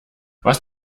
was